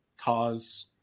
cause